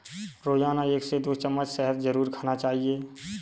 रोजाना एक से दो चम्मच शहद जरुर खाना चाहिए